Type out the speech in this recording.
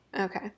Okay